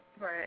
Right